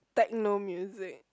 techno music